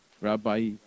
Rabbi